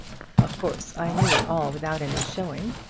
of course i knew it all without any showing.